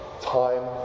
time